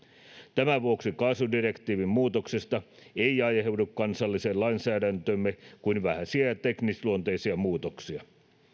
tämän vuoksi kaasudirektiivin muutoksesta ei aiheudu kansalliseen lainsäädäntöömme kuin vähäisiä teknisluonteisia muutoksia